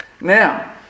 now